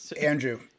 Andrew